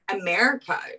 America